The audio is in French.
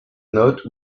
notes